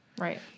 Right